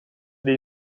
die